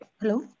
Hello